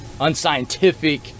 unscientific